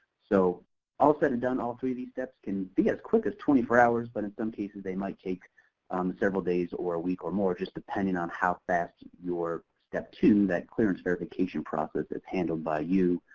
so all said and done, all three of these steps can be as quick as twenty four hours. but in some cases, they might take several days or a week or more, just depending on how fast your step two, that clearance verification process, is handled by you,